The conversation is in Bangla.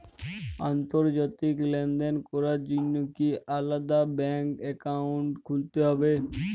আন্তর্জাতিক লেনদেন করার জন্য কি আলাদা ব্যাংক অ্যাকাউন্ট খুলতে হবে?